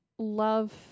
love